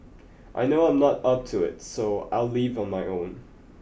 I know I'm not up to it so I will leave on my own